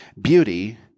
beauty